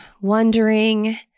wondering